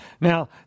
Now